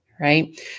right